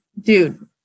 dude